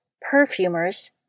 perfumers